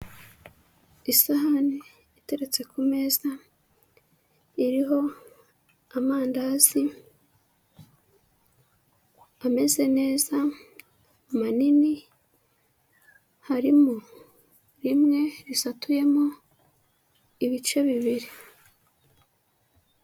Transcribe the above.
Isahani iteretse ku meza, iriho amandazi ameze neza manini, harimo rimwe risatuyemo ibice bibiri.